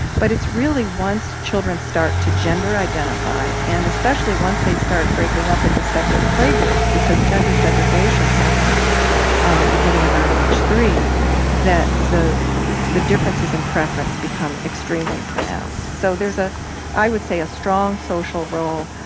but it's really once children start to gender identify and especially once they start breaking up into separate playgroups because gender segregation happens beginning about age three that the the differences in preference become extremely pronounced. so there's a i would say a strong social role,